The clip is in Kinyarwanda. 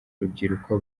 rubyiruko